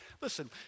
Listen